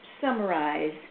summarize